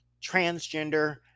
transgender